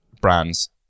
brands